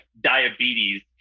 diabetes